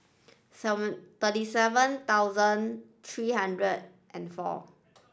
seven thirty seven thousand three hundred and four